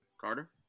Carter